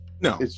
No